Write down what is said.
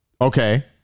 Okay